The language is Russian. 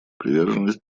приверженность